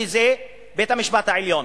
שזה בית-המשפט העליון.